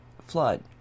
flood